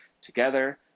together